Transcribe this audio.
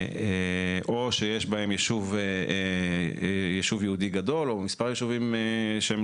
או שיש בהן ישוב יהודי גדול או מספר ישובים שהם